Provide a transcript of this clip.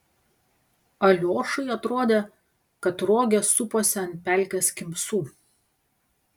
aliošai atrodė kad rogės suposi ant pelkės kimsų